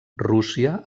rússia